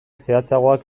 zehatzagoak